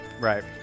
Right